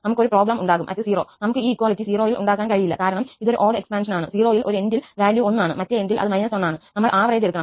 നമുക്ക് ഒരു പ്രോബ്ലം ഉണ്ടാകും at 0 നമുക്ക് ഈ ഇക്വാളിറ്റി 0 ൽ ഉണ്ടാക്കാൻ കഴിയില്ല കാരണം ഇത് ഒരു ഓഡ്ഡ് എക്സ്റ്റൻഷൻ ആണ് 0 ൽ ഒരു എൻഡിൽ വാല്യൂ 1 ആണ് മറ്റേ എൻഡിൽ അത് −1 ആണ് നമ്മൾ ആവറേജ് എടുക്കണം